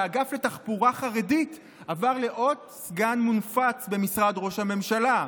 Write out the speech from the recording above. והאגף לתחבורה חרדית עבר לעוד סגן מונפץ במשרד ראש הממשלה.